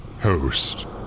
host